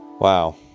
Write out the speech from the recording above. Wow